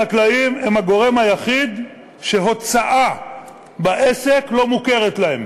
החקלאים הם הגורם היחיד שהוצאה בעסק לא מוכרת להם.